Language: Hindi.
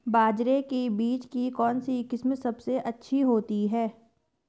बाजरे के बीज की कौनसी किस्म सबसे अच्छी होती है?